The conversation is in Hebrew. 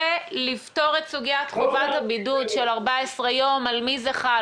ולפתור את סוגית חובת הבידוד של 14 יום על מי זה חל?